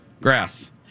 grass